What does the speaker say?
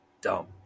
dumb